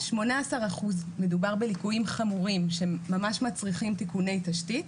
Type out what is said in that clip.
18% מדובר בליקויים חמורים שהם ממש מצריכים תיקוני תשתית,